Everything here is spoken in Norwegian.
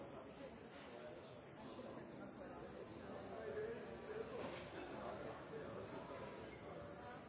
utdanninger som er på gang. En